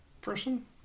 person